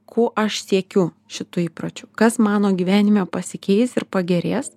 ko aš siekiu šitu įpročiu kas mano gyvenime pasikeis ir pagerės